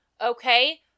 Okay